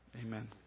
Amen